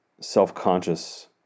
self-conscious